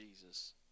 Jesus